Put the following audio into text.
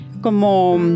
como